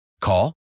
Call